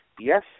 Yes